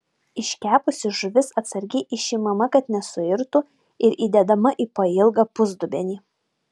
iškepusi žuvis atsargiai išimama kad nesuirtų ir įdedama į pailgą pusdubenį